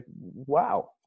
wow